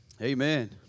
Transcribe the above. Amen